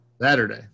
Saturday